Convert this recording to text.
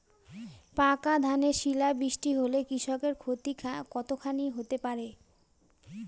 পাকা ধানে শিলা বৃষ্টি হলে কৃষকের ক্ষতি কতখানি হতে পারে?